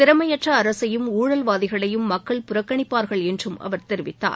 திறமையற்ற அரசையும் ஊழல்வாதிகளையும் மக்கள் புறக்கணிப்பாளர்கள் என்றும் அவர் தெரிவித்தார்